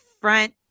front